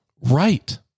right